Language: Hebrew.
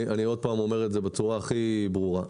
אני אומר שוב בצורה הכי ברורה.